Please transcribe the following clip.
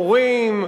מורים,